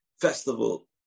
festival